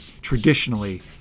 traditionally